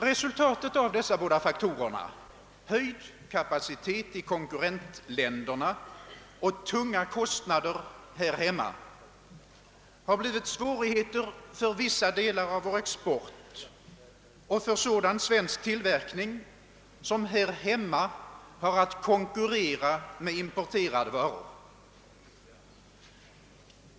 Resultatet av dessa båda faktorer, höjd kapacitet i konkurrentländerna och tunga kostnader här. hemma, har blivit svårigheter för vissa delar av vår export och för sådan svensk tillverkning som här hemma har att konkurrera med importerade varor.